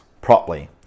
properly